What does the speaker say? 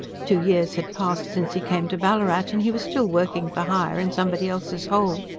two years had passed since he came to ballarat, and he was still working for hire in somebody else's hole.